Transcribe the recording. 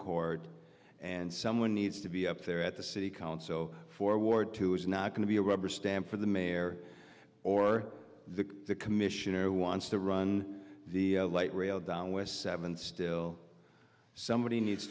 court and someone needs to be up there at the city council for ward two is not going to be a rubber stamp for the mayor or the commissioner wants to run the light rail down west seven still somebody needs